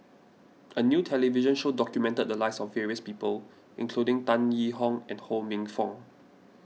a new television show documented the lives of various people including Tan Yee Hong and Ho Minfong